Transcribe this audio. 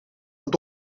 het